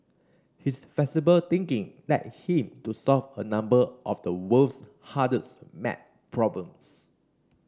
his flexible thinking led him to solve a number of the world's hardest maths problems